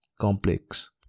complex